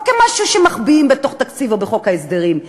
לא כמשהו שמחביאים בתוך תקציב או בחוק ההסדרים,